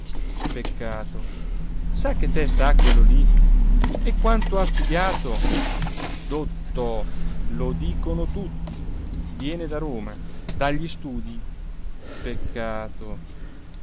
peccato sa che testa ha quello lí e quanto ha studiato dotto lo dicono tutti viene da roma dagli studii peccato